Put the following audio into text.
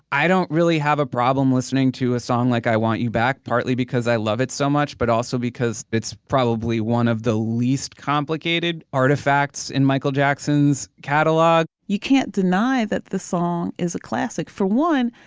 i don't really have a problem listening to a song like i want you back partly because i love it so much but also because it's probably one of the least complicated artifacts in michael jackson's catalog you can't deny that the song is a classic for one.